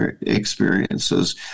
experiences